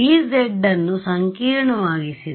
ez ಅನ್ನು ಸಂಕೀರ್ಣವಾಗಿಸಿದರೆ